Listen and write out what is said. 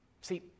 See